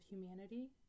humanity